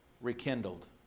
rekindled